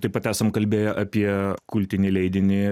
taip pat esam kalbėję apie kultinį leidinį